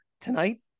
Tonight